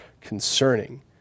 concerning